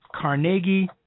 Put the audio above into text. Carnegie